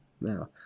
Now